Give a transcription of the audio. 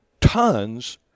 tons